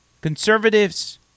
Conservatives